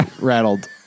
rattled